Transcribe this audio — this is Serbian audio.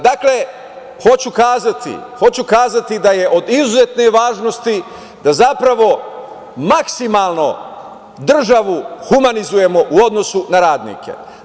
Dakle, hoću kazati da je od izuzetne važnosti da zapravo maksimalno državu humanizujemo u odnosu na radnike.